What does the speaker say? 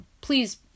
please